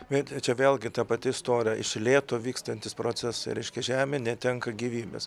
bet čia vėlgi ta pati istorija iš lėto vykstantys procesai reiškia žemė netenka gyvybės